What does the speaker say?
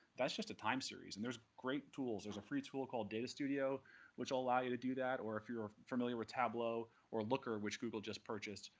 that's just a time series. and there's great tools there's a free tool called data studio which will allow you to do that. or if you're familiar with tableau, or looker which google just purchased,